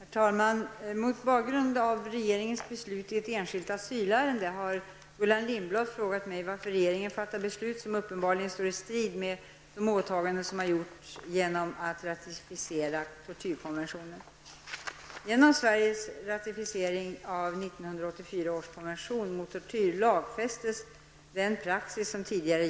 Herr talman! Mot bakgrund av regeringens beslut i ett enskilt asylärende har Gullan Lindblad frågat mig varför regeringen fattar beslut som uppenbarligen står i strid med de åtaganden som har gjorts genom att man har ratificerat tortyrkonventionen.